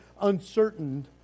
uncertain